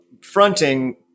fronting